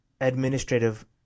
administrative